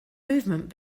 movement